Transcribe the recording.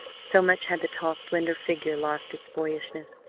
so much had the tall, slender figure lost its boyishness,